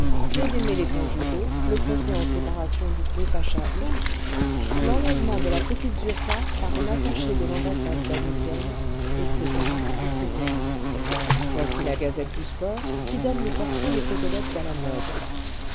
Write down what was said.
les démêlés conjugaux le procès en séparation du gros pacha x l'enlèvement de la petite zurka par un attaché de l'ambassade danubienne etc etc voici la gazette du sport qui donne les portraits des cocodettes à la mode